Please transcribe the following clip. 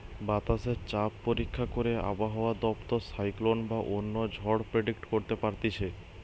বাতাসে চাপ পরীক্ষা করে আবহাওয়া দপ্তর সাইক্লোন বা অন্য ঝড় প্রেডিক্ট করতে পারতিছে